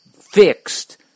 fixed